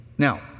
Now